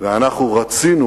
ואנחנו רצינו